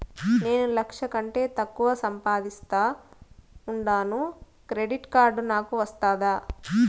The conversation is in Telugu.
నేను లక్ష కంటే తక్కువ సంపాదిస్తా ఉండాను క్రెడిట్ కార్డు నాకు వస్తాదా